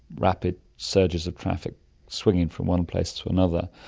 rapid surges of traffic swinging from one place to another.